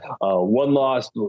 one-loss